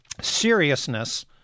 seriousness